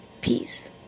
Peace